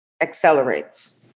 accelerates